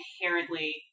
Inherently